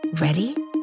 Ready